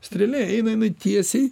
strėlė eina jinai tiesiai